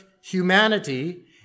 humanity